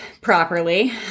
properly